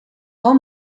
paul